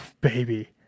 baby